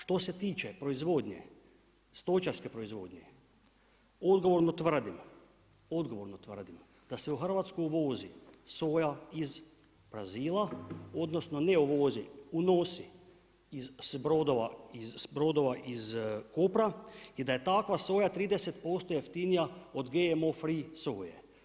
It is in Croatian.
Što se tiče proizvodnje, stočarske proizvodnje odgovorno tvrdim da se u Hrvatsku uvozi soja iz Brazila, odnosno ne uvozi, unosi s brodova iz Kopra i da je takva soja 30% jeftinija od GMO free soje.